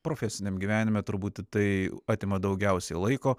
profesiniam gyvenime turbūt tai atima daugiausiai laiko